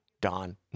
Don